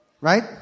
Right